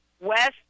West